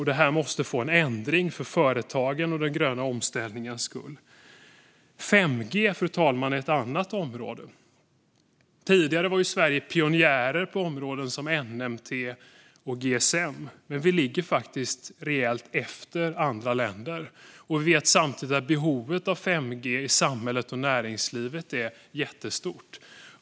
Det måste till en ändring för företagens och den gröna omställningens skull. Fru talman! 5G är ett annat område. Tidigare var Sverige pionjärer på områden som NMT och GSM, men nu ligger vi rejält efter andra länder. Vi vet samtidigt att behovet av 5G i samhället och näringslivet är jättestort.